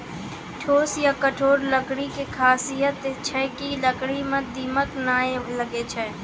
ठोस या कठोर लकड़ी के खासियत छै कि है लकड़ी मॅ दीमक नाय लागैय छै